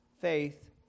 faith